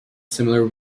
similar